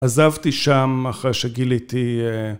עזבתי שם אחרי שגיליתי